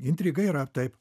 intriga yra taip